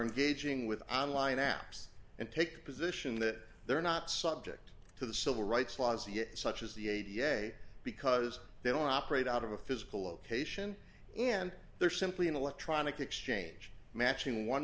engaging with on line apps and take the position that they're not subject to the civil rights laws such as the a d a s because they don't operate out of a physical location and they're simply an electronic exchange matching one